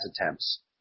attempts